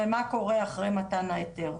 ומה קורה אחרי מתן ההיתר.